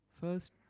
first